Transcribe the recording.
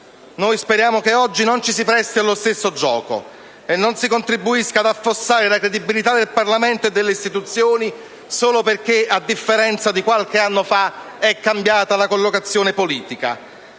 Noi speriamo che oggi non ci si presti allo stesso gioco e non si contribuisca ad affossare la credibilità del Parlamento e delle istituzioni solo perché, a differenza di qualche anno fa, è cambiata la collocazione politica.